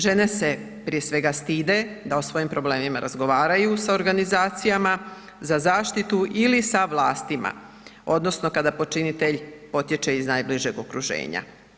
Žene se prije svega stide da o svojim problemima razgovaraju sa organizacijama za zaštitu ili sa vlastima odnosno kada počinitelj potječe iz najbližeg okruženja.